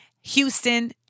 houston